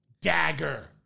Dagger